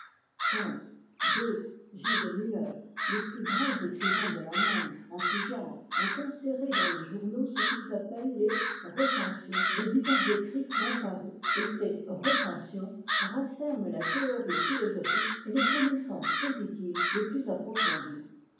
kant goethe j de müller les plus grands écrivains de l'allemagne en tout genre ont inséré dans les journaux ce qu'ils appellent les recensions des divers écrits qui ont paru et ces recensions renferment la théorie philosophique et les connaissances positives les plus approfondies